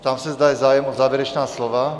Ptám se, zda je zájem o závěrečná slova.